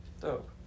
Dope